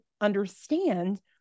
understand